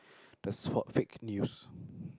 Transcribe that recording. that's for fake news